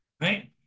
right